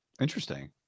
interesting